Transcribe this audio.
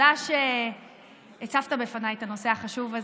תודה שהצפת בפניי את הנושא החשוב הזה.